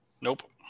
Nope